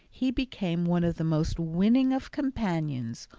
he became one of the most winning of companions,